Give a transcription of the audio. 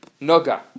Noga